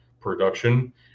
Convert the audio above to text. production